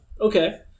Okay